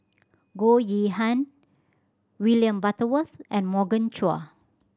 Goh Yihan William Butterworth and Morgan Chua